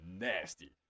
nasty